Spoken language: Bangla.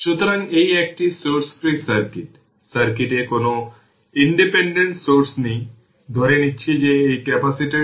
সুতরাং সার্কিটটি t 5 τ এ স্টেডি অবস্থায় পৌঁছেছে